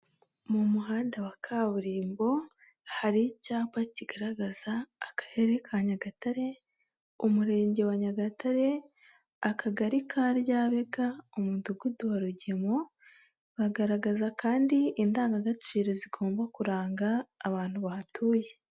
Mu muhanda wa kaburimbo, hari icyapa kigaragaza akarere ka Nyagatare, umurenge wa Nyagatare, akagari ka Ryabega, umudugudu wa Rugemo, bagaragaza kandi indangagaciro zigomba kuranga abantu bahatuye.